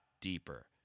deeper